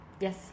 yes